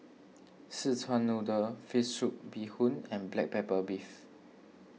Szechuan Noodle Fish Soup Bee Hoon and Black Pepper Beef